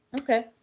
Okay